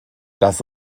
das